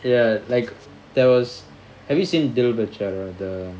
ya like there was have you seen Dil Bechara the